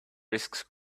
risks